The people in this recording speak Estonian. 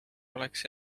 oleks